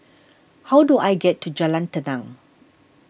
how do I get to Jalan Tenang